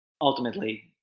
ultimately